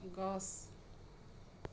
গছ